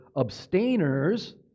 abstainers